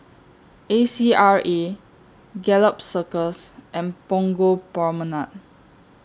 A C R A Gallop Circus and Punggol Promenade